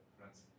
friends